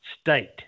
state